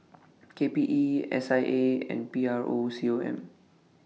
K P E S I A and P R O C O M